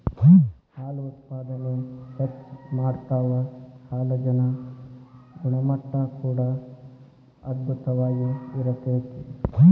ಹಾಲು ಉತ್ಪಾದನೆ ಹೆಚ್ಚ ಮಾಡತಾವ ಹಾಲಜನ ಗುಣಮಟ್ಟಾ ಕೂಡಾ ಅಧ್ಬುತವಾಗಿ ಇರತತಿ